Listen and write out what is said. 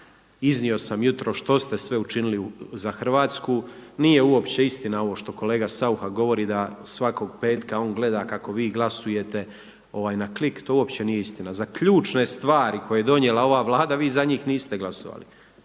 Iznio sam jutros što ste sve učinili za Hrvatsku, nije uopće istina ovo što kolega Saucha govori da svakog petka on gleda kako vi glasujete na klik, to uopće nije istina. Za ključne stvari koje je donijela ova Vlada vi za njih niste glasovali.